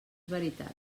veritat